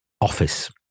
office